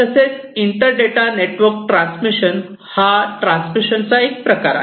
तसेच inter data centre network transmission हा transmission चा एक प्रकार आहे